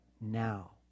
now